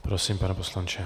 Prosím, pane poslanče.